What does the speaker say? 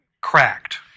cracked